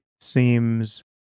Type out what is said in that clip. seems